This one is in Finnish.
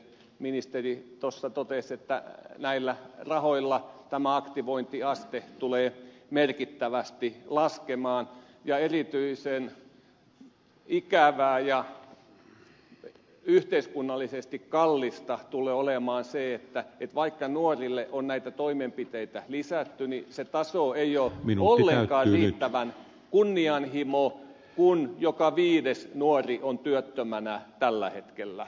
ministeri totesi että näillä rahoilla tämä aktivointiaste tulee merkittävästi laskemaan ja erityisen ikävää ja yhteiskunnallisesti kallista tulee olemaan se että vaikka nuorille on näitä toimenpiteitä lisätty niin niiden taso ei ole ollenkaan riittävän kunnianhimoinen kun joka viides nuori on työttömänä tällä hetkellä